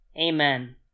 Amen